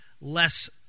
less